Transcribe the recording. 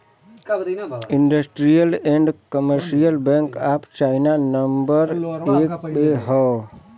industrial and commercial bank of China number एक पे हौ